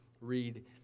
read